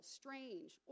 strange